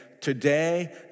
Today